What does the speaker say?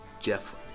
Jeff